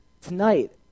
Tonight